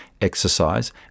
exercise